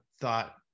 thought